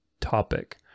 topic